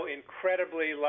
incredibly